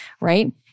Right